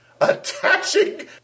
Attaching